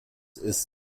ist